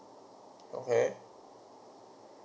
okay